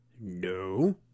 no